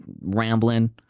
Rambling